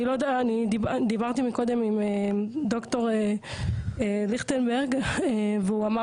אני דיברתי מקודם עם ד"ר ליכטנברג והוא אמר